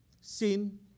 Sin